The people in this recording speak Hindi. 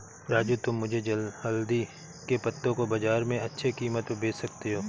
राजू तुम मुझे हल्दी के पत्तों को बाजार में अच्छे कीमत पर बेच सकते हो